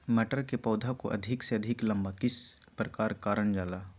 मटर के पौधा को अधिक से अधिक लंबा किस प्रकार कारण जाला?